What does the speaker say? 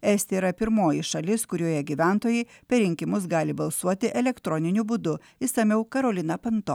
estija yra pirmoji šalis kurioje gyventojai per rinkimus gali balsuoti elektroniniu būdu išsamiau karolina panto